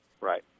Right